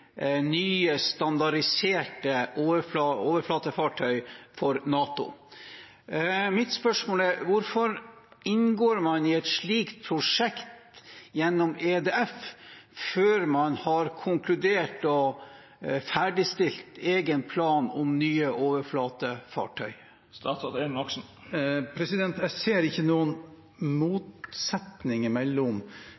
nye standardiserte overflatefartøy for NATO. Mitt spørsmål er: Hvorfor inngår man i et slikt prosjekt gjennom EDF før man har konkludert og ferdigstilt egen plan om nye overflatefartøy? Jeg ser ikke noen